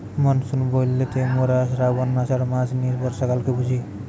monsoon বইলতে মোরা শ্রাবন, আষাঢ় মাস নিয়ে বর্ষাকালকে বুঝি